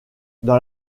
dans